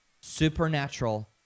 Supernatural